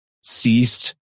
ceased